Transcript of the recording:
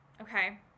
okay